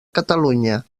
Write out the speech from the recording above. catalunya